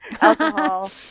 alcohol